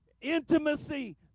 intimacy